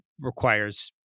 requires